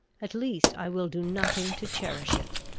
at least i will do nothing to cherish it.